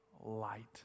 Light